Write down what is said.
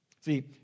See